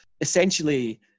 essentially